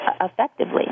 effectively